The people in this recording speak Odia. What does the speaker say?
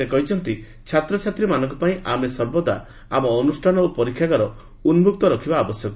ସେ କହିଛନ୍ତି ଛାତ୍ରଛାତ୍ରୀମାନଙ୍କ ପାଇଁ ଆମେ ସର୍ବଦା ଆମ ଅନୁଷ୍ଠାନ ଓ ପରୀକ୍ଷାଗାର ଉନ୍କକ୍ତ ରଖିବା ଆବଶ୍ୟକ